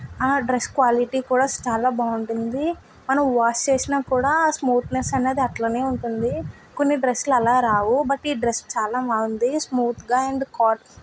ఆ dress quality కూడా చాలా బాగుంటుంది మనం వాష్ చేసినా కూడా ఆ స్మూత్నెస్ అనేది అట్లనే ఉంటుంది కొన్ని డ్రెస్లు అలా రావు బట్ ఈ డ్రెస్ చాలా బాగుంది స్మూత్గా అండ్ కా